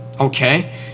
okay